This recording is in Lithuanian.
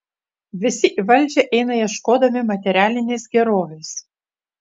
visi į valdžią eina ieškodami materialinės gerovės